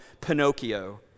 Pinocchio